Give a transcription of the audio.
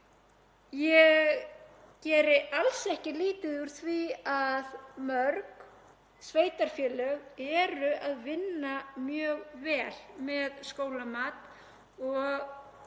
Ég geri alls ekki lítið úr því að mörg sveitarfélög eru að vinna mjög vel með skólamat og